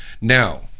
Now